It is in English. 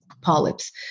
polyps